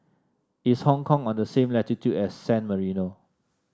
is Hong Kong on the same latitude as San Marino